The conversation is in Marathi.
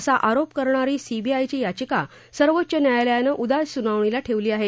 असा आरोप करणारी सीबीआयची याचिका सर्वोच्च न्यायालयानं उद्या सुनावणीला ठेवली आहे